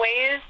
ways